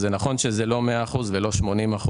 זה נכון שזה לא 100% ולא 80%,